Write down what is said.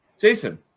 Jason